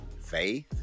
faith